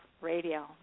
Radio